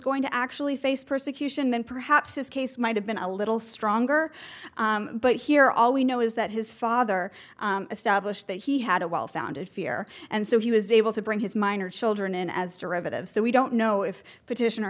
going to actually face persecution then perhaps his case might have been a little stronger but here all we know is that his father established that he had a well founded fear and so he was able to bring his minor children in as derivative so we don't know if the petition